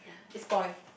it spoil